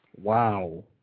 Wow